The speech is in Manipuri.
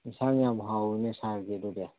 ꯑꯦꯟꯁꯥꯡ ꯌꯥꯝ ꯍꯥꯎꯏꯅꯦ ꯁꯥꯔꯒꯤꯗꯨꯗꯤ